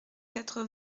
quatre